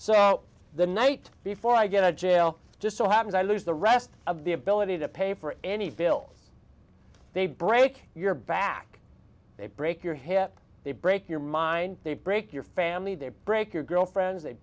so the night before i get to jail just so happens i lose the rest of the ability to pay for any bills they break your back they break your hip they break your mine they break your family they break your girlfriends they